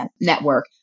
network